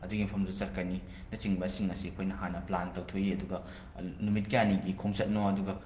ꯑꯗꯨꯒꯤ ꯃꯐꯝꯗꯨ ꯆꯠꯀꯅꯤꯅꯆꯤꯡꯕꯁꯤꯡ ꯑꯁꯤ ꯑꯩꯈꯣꯏꯅ ꯍꯥꯟꯅ ꯄ꯭ꯂꯥꯟ ꯇꯧꯊꯣꯛꯏ ꯑꯗꯨꯒ ꯅꯨꯃꯤꯠ ꯀꯌꯥꯅꯤꯒꯤ ꯈꯣꯡꯆꯠꯅꯣ ꯑꯗꯨꯒ